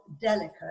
delicate